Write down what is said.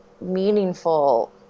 meaningful